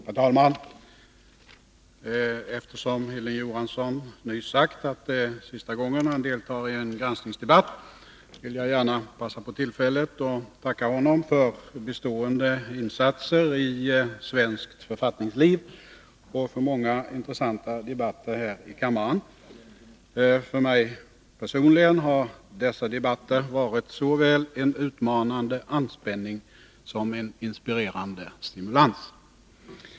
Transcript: Herr talman! Eftersom Hilding Johansson nyss sagt att det är sista gången han deltar i en granskningsdebatt, vill jag gärna passa på tillfället att tacka honom för bestående insatser i svenskt författningsliv och för många intressanta debatter här i kammaren. För mig personligen har dessa debatter varit såväl en utmanande anspänning som en inspirerande stimulans.